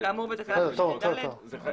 כאמור בתקנת משנה (ד).